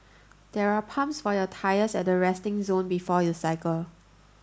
there are pumps for your tyres at the resting zone before you cycle